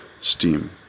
Steam